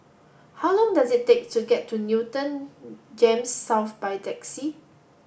how long does it take to get to Newton GEMS South by taxi